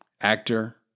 actor